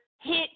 hit